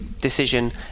decision